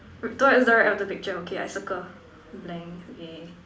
towards the right of the picture okay I circle blank okay